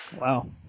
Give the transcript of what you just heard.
Wow